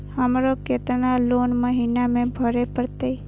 हमरो केतना लोन महीना में भरे परतें?